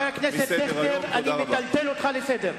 חבר הכנסת פלסנר, אני "מטלטל" אותך לסדר.